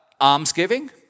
almsgiving